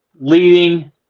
leading